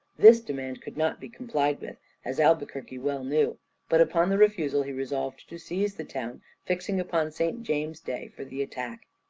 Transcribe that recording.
this demand could not be complied with as albuquerque well knew but upon the refusal he resolved to seize the town, fixing upon st. james' day for the attack.